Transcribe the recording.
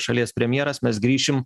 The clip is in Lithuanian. šalies premjeras mes grįšim